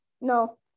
no